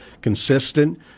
consistent